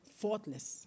faultless